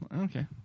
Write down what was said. Okay